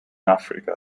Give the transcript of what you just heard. áfrica